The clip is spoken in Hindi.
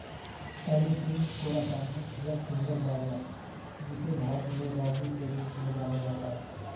एलुसीन कोराकाना, या फिंगर बाजरा, जिसे भारत में रागी के रूप में जाना जाता है